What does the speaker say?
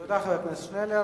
תודה לחבר הכנסת שנלר.